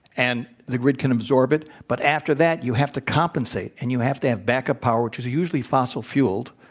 and the grid can absorb it. but after that, you have to compensate. and you have to have backup power, which is usually fossil-fueled.